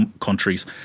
countries